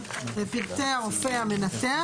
(3) פרטי הרופא המנתח,